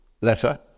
letter